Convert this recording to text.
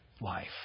life